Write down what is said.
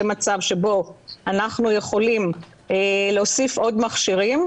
מצב שבו אנחנו יכולים להוסיף עוד מכשירים,